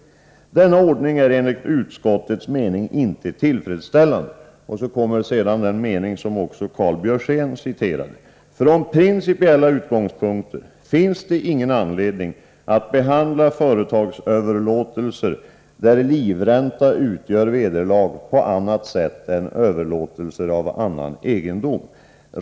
Denna ordning är enligt utskottets mening inte tillfredsställande.” — Sedan kommer en mening som också Karl Björzén citerade. — ”Från principiella utgångspunkter finns det ingen anledning att behandla företagsöverlåtelser där livränta utgör vederlag på annat sätt än överlåtelser av annan egendom.